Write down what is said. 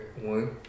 one